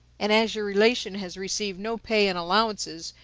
and as your relation has received no pay and allowances,